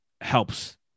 helps